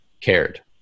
cared